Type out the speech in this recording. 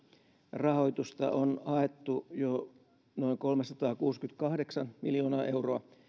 rahoitusta on haettu jo noin kolmesataakuusikymmentäkahdeksan miljoonaa euroa